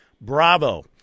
Bravo